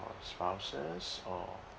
spouses or